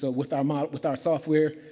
so, with um ah with our software,